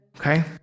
okay